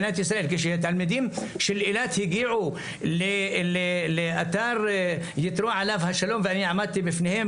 כשתלמידים של אילת הגיעו לאתר יתרו עליו השלום ואני עמדתי בפניהם,